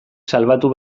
salbatu